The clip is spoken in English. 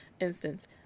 instance